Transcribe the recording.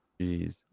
Jeez